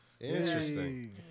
Interesting